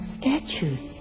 Statues